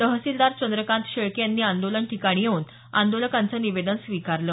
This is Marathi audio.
तहसीलदार चंद्रकांत शेळके यांनी आंदोलन ठिकाणी येऊन आंदोलकांचं निवेदन स्वीकारलं